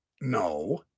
no